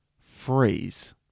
phrase